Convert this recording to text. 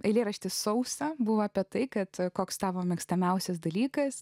eilėraštyje sausa buvo apie tai kad koks tavo mėgstamiausias dalykas